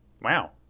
Wow